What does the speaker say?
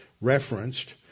referenced